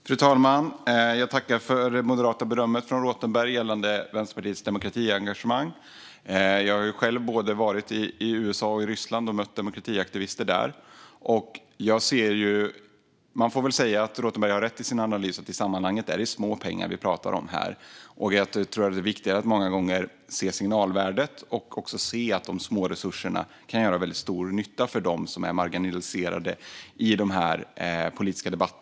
Fru talman! Jag tackar för det moderata berömmet från Rothenberg gällande Vänsterpartiets demokratiengagemang. Jag har själv varit i både USA och Ryssland och mött demokratiaktivister där. Man får väl säga att Rothenberg har rätt i sin analys: I sammanhanget är det små pengar vi pratar om. Jag tror att det många gånger är viktigare att se signalvärdet och också se att de små resurserna kan göra väldigt stor nytta för dem som är marginaliserade i de här politiska debatterna.